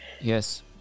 Yes